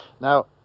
Now